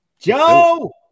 Joe